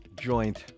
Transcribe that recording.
joint